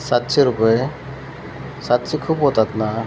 सातशे रुपये सातशे खूप होतात ना